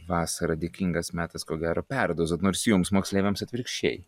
vasara dėkingas metas ko gero perdozuoti nors jums moksleiviams atvirkščiai